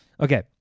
Okay